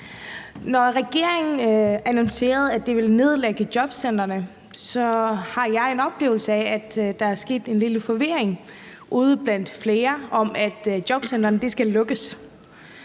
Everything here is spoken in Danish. Når regeringen har annonceret, at de vil nedlægge jobcentrene, så har jeg fået en oplevelse af, at der er sket en lille forvirring ude blandt flere om, om jobcentrene skal lukkes.